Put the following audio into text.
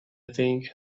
think